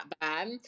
bad